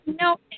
No